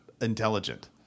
intelligent